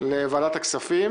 לוועדת הכספים.